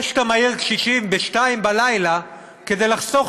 זה שאתה מעיר קשישים ב-2:00 בלילה כדי לחסוך